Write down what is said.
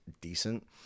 decent